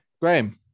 Graham